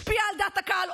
השפיע על דעת הקהל,